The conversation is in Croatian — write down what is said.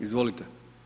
Izvolite.